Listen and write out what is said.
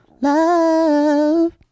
Love